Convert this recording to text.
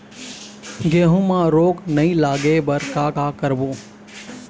गेहूं म रोग नई लागे बर का का करबो?